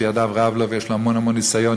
שידיו רב לו ויש לו המון המון ניסיון,